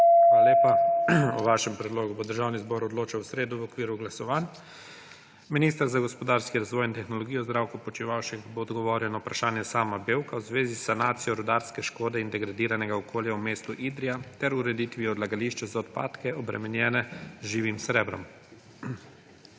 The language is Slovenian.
Hvala lepa. O vašem predlogu bo Državni zbor odločal v sredo v okviru glasovanj. Minister za gospodarski razvoj in tehnologijo Zdravko Počivalšek bo odgovoril na vprašanje Sama Bevka v zvezi s sanacijo rudarske škode in degradiranega okolja v mestu Idrija ter ureditvijo odlagališča za odpadke, obremenjene z živim srebrom.